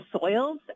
soils